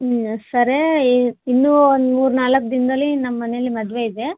ಸರಿ ಇನ್ನು ಒಂದು ಮೂರು ನಾಲ್ಕು ದಿನದಲ್ಲಿ ನಮ್ಮ ಮನೇಲ್ಲಿ ಮದುವೆ ಇದೆ